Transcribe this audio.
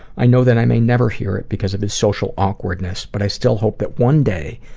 i know that i may never hear it because of his social awkwardness, but i still hope that one day,